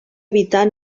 evitar